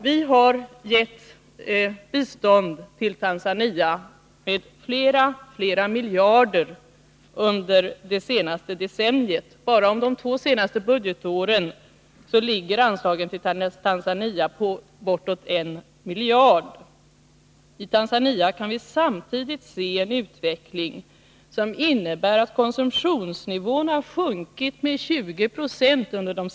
Vi har under det senaste decenniet gett flera miljarder kronor i bistånd till Tanzania. Bara under de två senaste budgetåren har anslaget till detta land uppgått till bortåt 1 miljard kronor. Vi kan samtidigt konstatera en utveckling i Tanzania som inneburit att konsumtionsnivån har sjunkit med 20 Jo de senaste åren.